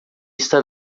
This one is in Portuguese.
está